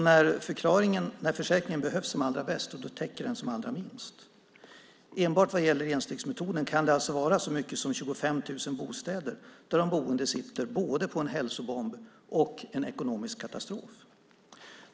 När försäkringen behövs som allra bäst täcker den som allra minst. Enbart vad gäller enstegsmetoden kan det vara så mycket som 25 000 bostäder där de boende sitter på både en hälsobomb och en ekonomisk katastrof.